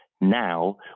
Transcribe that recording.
now